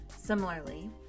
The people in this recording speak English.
Similarly